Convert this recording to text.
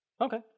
Okay